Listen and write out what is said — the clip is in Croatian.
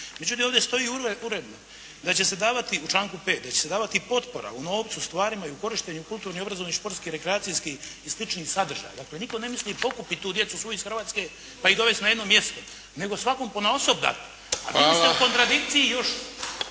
Međutim, ovdje stoji uredno da će se davati, u članku 5., da će se davati potpora u novcu, stvarima i u korištenju kulturnih, obrazovnih, športskih, rekreacijskih i sličnih sadržaja. Dakle, nitko ne misli pokupit tu djecu svu iz Hrvatske, pa ih dovesti na jedno mjesto, nego svakom ponaosob dati. A vi ste u kontradikciji još